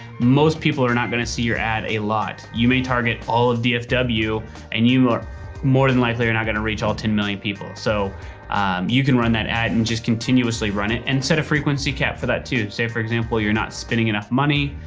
most people are not going to see your ad a lot. you may target all of dfw and you are more than likely you're not going to reach all ten million people. so you can run that ad and just continuously run it and set a frequency cap for that too. say for example, you're not spending enough money,